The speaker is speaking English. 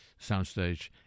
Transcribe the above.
soundstage